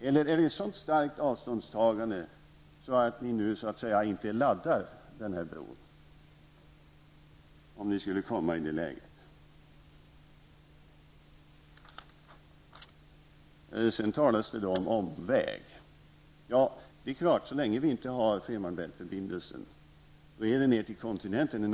Eller är ert avståndstagande så starkt att ni så att säga inte vill vara med om att ''ladda'' den här bron, om ni skulle komma i det läget? Här har det talats om att brosträckningen innebär en omväg. Det är klart att så länge vi inte har Femern Bält-förbindelsen är det en omväg ned till kontinenten.